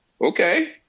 Okay